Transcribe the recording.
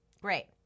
Great